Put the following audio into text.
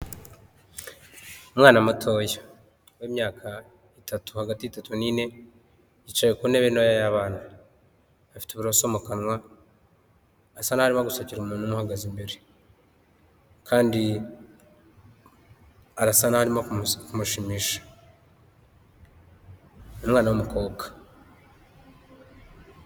Umwana mutoya w'imyaka itatu hagati y'itatu n'ine, yicaye ku ntebe ntoya y'abana afite uburoso mu kanwa, asa naho arimo gusekera umuntu umuhagaze imbere kandi arasa naho arimo kumushimisha. Umwana w'umukobwa.